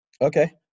Okay